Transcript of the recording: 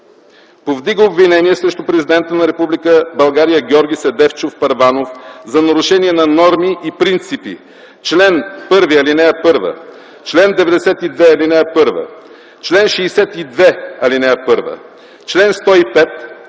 Повдига обвинение срещу президента на Република България Георги Седефчов Първанов за нарушение на норми и принципи – чл. 1, ал. 1; чл. 92, ал. 1; чл. 62, ал. 1; чл. 105;